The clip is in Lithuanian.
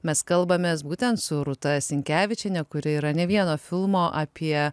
mes kalbamės būtent su rūta sinkevičienė kuri yra ne vieno filmo apie